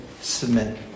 submit